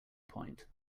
point